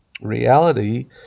reality